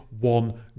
one